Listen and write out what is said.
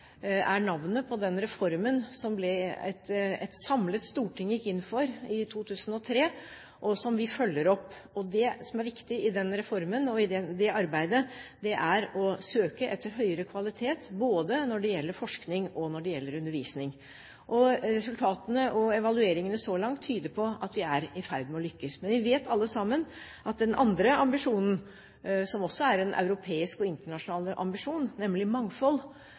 er navnet på den reformen som et samlet storting gikk inn for i 2003, og som vi følger opp. Det som er viktig i den reformen og i det arbeidet, er å søke etter høyere kvalitet både når det gjelder forskning, og når det gjelder undervisning. Resultatene og evalueringene så langt tyder på at vi er i ferd med å lykkes. Men vi vet alle sammen at den andre ambisjonen, som også er en europeisk og internasjonal ambisjon, nemlig mangfold,